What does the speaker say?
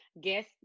guess